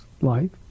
life